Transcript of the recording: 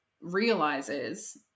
realizes